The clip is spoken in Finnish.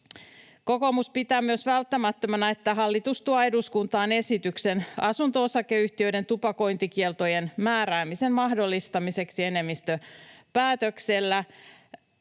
Kokoomus pitää myös välttämättömänä, että hallitus tuo eduskuntaan esityksen asunto-osakeyhtiöiden tupakointikieltojen määräämisen mahdollistamiseksi enemmistöpäätöksellä.